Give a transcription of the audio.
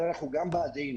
אבל אנחנו גם בעדנו.